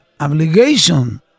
Obligation